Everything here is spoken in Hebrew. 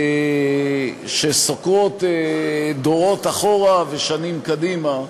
שסוקרות דורות אחורה ושנים קדימה,